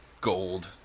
gold